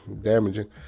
damaging